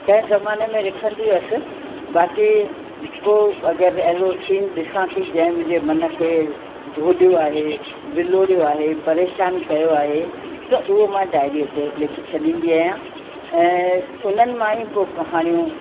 कंहिं ज़माने में लिखंदी हुअसि बाक़ी को अगरि अहिड़ो सीन ॾिसां थी जंहिं मुंहिंजे मन खे धोॾियो आहे विलोड़ियो आहे परेशान कयो आहे त उहो मां डाइरीअ ते लिखी छॾींदी आहियां ऐं उन्हनि मां ई पोइ कहाणियूं